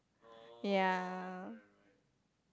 yeah